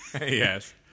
Yes